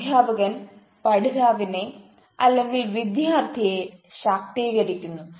അധ്യാപകൻ പഠിതാവിനെ വിദ്യാർഥിയെ ശാക്തീകരിക്കുന്നു